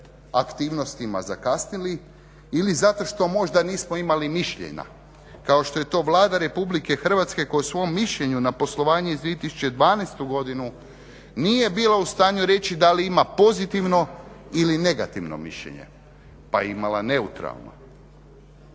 aktivnostima zakasnili ili zato što možda nismo imali mišljenja kao što je to Vlada RH koja je u svom mišljenju na poslovanje za 2012.godinu nije bila u stanju reći da li ima pozitivno ili negativno mišljenje pa je imala neutralno.